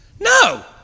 No